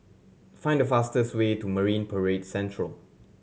find the fastest way to Marine Parade Central